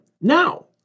now